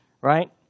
right